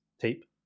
tape